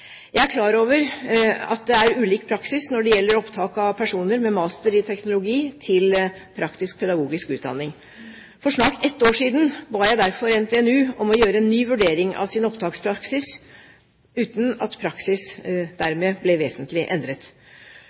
Jeg er klar over at det er ulik praksis når det gjelder opptak av personer med master i teknologi til praktisk-pedagogisk utdanning. For snart ett år siden ba jeg derfor NTNU om å foreta en ny vurdering av sin opptakspraksis, uten at praksis dermed ble vesentlig endret.